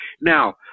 Now